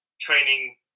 Training